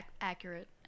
Accurate